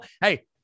Hey